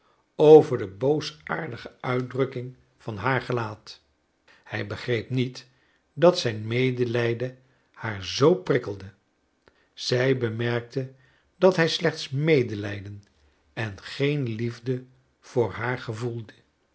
over de boosaardige uitdrukking van haar gelaat hij begreep niet dat zijn medelijden haar zoo prikkelde zij bemerkte dat hij slechts medelijden en geen liefde voor haar gevoelde